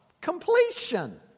Completion